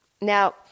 Now